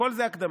הכול זה הקדמה.